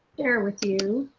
share with you.